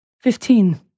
Fifteen